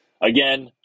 Again